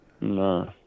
No